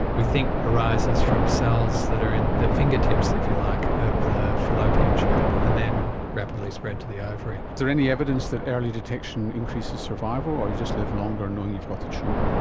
we think arises from cells that are in the fingertips, if you like, of the fallopian tube, and then rapidly spread to the ovary. is there any evidence that early detection increases survival, or you just live longer knowing you've got the tumour?